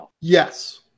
Yes